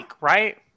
right